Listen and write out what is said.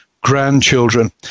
grandchildren